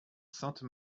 sainte